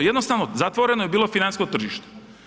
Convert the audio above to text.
Jednostavno zatvoreno je bilo financijsko tržište.